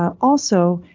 um also,